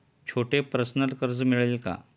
छोटे पर्सनल कर्ज मिळेल का?